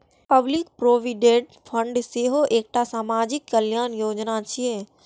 public provident fund सेहो एकटा सामाजिक कल्याण योजना छियै